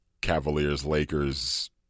Cavaliers-Lakers